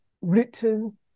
written